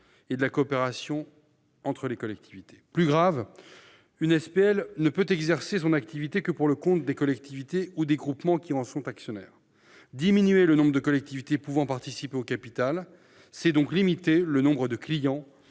et de la coopération entre collectivités. Plus grave, une SPL ne peut exercer son activité que pour le compte des collectivités ou des groupements qui en sont actionnaires. Diminuer le nombre de collectivités pouvant participer au capital limite donc le nombre de « clients